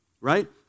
Right